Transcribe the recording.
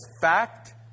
fact